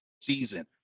season